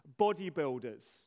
bodybuilders